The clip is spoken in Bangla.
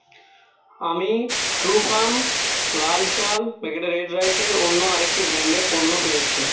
আমি ট্রুফাম লাল চাল প্যাকেটে রেড রাইসের অন্য আরেকটি ব্র্যান্ডের পণ্য পেয়েছি